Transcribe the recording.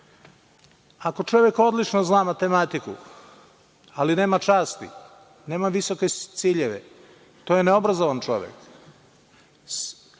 čovek odlično zna matematiku, ali nema časti, nema visoke ciljeve, to je neobrazovan čovek.